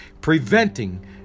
preventing